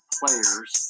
players